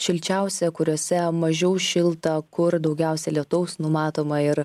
šilčiausia kuriuose mažiau šilta kur daugiausia lietaus numatoma ir